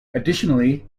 additionally